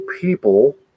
people